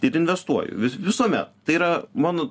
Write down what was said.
ir investuoju vi visuomet tai yra man